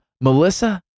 Melissa